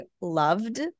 loved